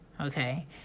Okay